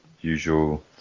usual